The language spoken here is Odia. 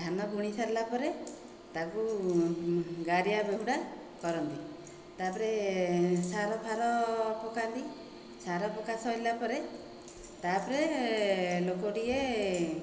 ଧାନ ବୁଣି ସାରିଲା ପରେ ତାକୁ ଗାରିଆ ବେହୁଡ଼ା କରନ୍ତି ତା'ପରେ ସାର ଫାର ପକାନ୍ତି ସାର ପକା ସରିଲା ପରେ ତା'ପରେ ଲୋକ ଟିକିଏ